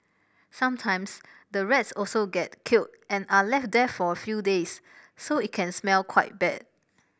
sometimes the rats also get killed and are left there for a few days so it can smell quite bad